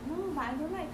!hey! !hey! !hey!